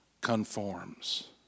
conforms